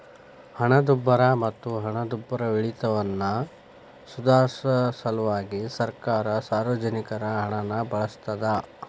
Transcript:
ಹಣದುಬ್ಬರ ಮತ್ತ ಹಣದುಬ್ಬರವಿಳಿತವನ್ನ ಸುಧಾರ್ಸ ಸಲ್ವಾಗಿ ಸರ್ಕಾರ ಸಾರ್ವಜನಿಕರ ಹಣನ ಬಳಸ್ತಾದ